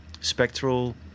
spectral